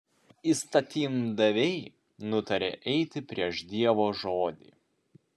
įstatymdaviai nutarė eiti prieš dievo žodį